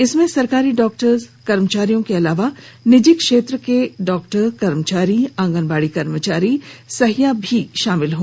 इसमें सरकारी डॉक्टर कर्मचारियों के अलावा निजी क्षेत्र के डॉक्टर कर्मचारी आंगनबाड़ी कर्मचारी सहिया आदि शामिल हैं